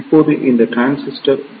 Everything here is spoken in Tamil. இப்போது இந்த டிரான்சிஸ்டர் டி